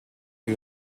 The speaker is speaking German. für